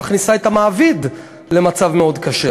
מכניסה את המעביד למצב מאוד קשה.